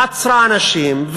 עצרה אנשים,